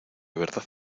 verdad